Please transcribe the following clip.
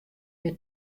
mear